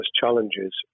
challenges